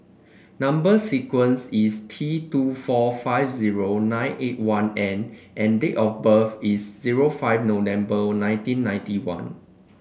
number sequence is T two four five zero nine eight one N and date of birth is zero five November nineteen ninety one